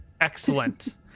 Excellent